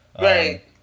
Right